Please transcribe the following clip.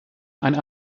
eine